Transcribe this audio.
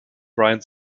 brian